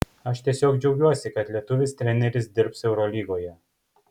aš tiesiog džiaugiuosi kad lietuvis treneris dirbs eurolygoje